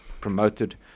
promoted